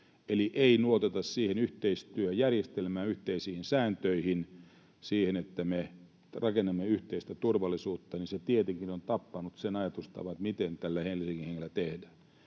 että ei luoteta siihen yhteistyöjärjestelmään, yhteisiin sääntöihin, siihen, että me rakennamme yhteistä turvallisuutta, tietenkin on tappanut sen ajatustavan, mitä tällä Helsingin hengellä tehdään.